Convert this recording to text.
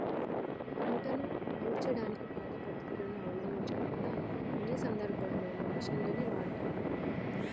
పంటను నూర్చడానికి పాత పద్ధతులను అవలంబించకుండా అన్ని సందర్భాల్లోనూ మిషన్లనే వాడుతున్నారు